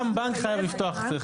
גם בנק חייב לפתוח.